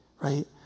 right